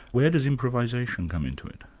where does improvisation come in to it?